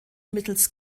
mittels